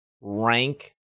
rank